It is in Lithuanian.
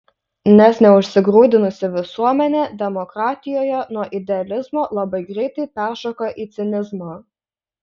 nes neužsigrūdinusi visuomenė demokratijoje nuo idealizmo labai greitai peršoka į cinizmą